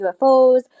UFOs